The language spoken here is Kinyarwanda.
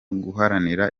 guharanira